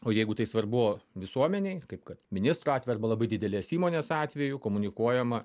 o jeigu tai svarbu visuomenei kaip kad ministro atveju arba labai didelės įmonės atveju komunikuojama